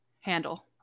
handle